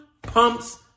pumps